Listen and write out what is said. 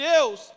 Deus